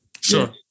Sure